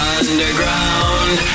underground